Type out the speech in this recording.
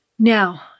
Now